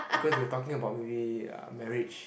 because they were talking about maybe uh marriage